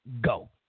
go